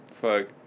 fuck